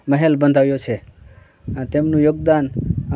મહેલ બંધાવ્યો છે તેમનું યોગદાન